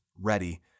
ready